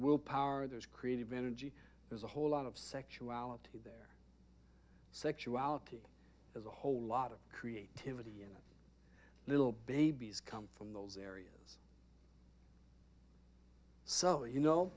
will power those creative energy as a whole lot of sexuality their sexuality as a whole lot of creativity in that little babies come from those areas so you know